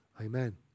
Amen